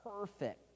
perfect